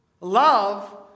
love